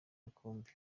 rukumbi